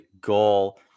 goal